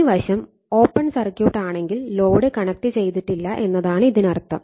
ഈ വശം open circuit ആണെങ്കിൽ ലോഡ് കണക്റ്റുചെയ്തിട്ടില്ല എന്നാണ് ഇതിനർത്ഥം